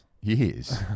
years